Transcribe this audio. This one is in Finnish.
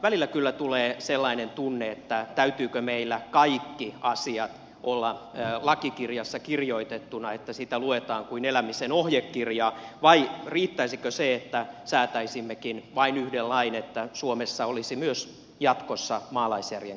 välillä kyllä tulee sellainen tunne että täytyykö meillä kaikkien asioiden olla lakikirjassa kirjoitettuna että sitä luetaan kuin elämisen ohjekirjaa vai riittäisikö se että säätäisimmekin vain yhden lain että suomessa olisi myös jatkossa maalaisjärjen käyttö sallittu